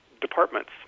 departments